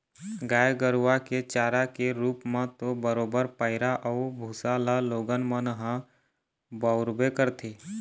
गाय गरुवा के चारा के रुप म तो बरोबर पैरा अउ भुसा ल लोगन मन ह बउरबे करथे